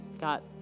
got